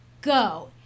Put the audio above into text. go